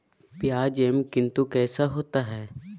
प्याज एम कितनु कैसा होता है?